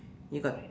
you got